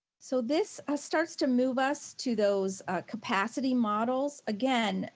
so this starts to move us to those capacity models. again,